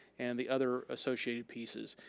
and the other associated pieces.